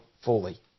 fully